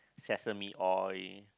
sesame oil